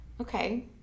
Okay